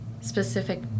specific